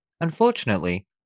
Unfortunately